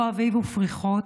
לא אביב ופריחות,